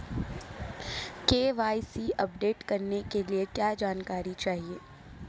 KYC update करने के लिए क्या जानकारी चाहिए?